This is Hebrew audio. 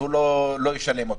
שלא ישלם אותו.